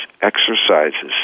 exercises